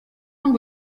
ngo